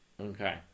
Okay